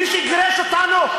מי שגירש אותנו,